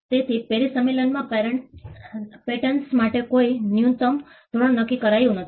તેથી પેરિસ સંમેલનમાં પેટન્ટ્સ માટે કોઈ ન્યુનત્તમ ધોરણ નક્કી કરાયું નથી